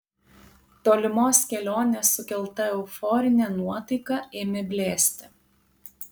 tolimos kelionės sukelta euforinė nuotaika ėmė blėsti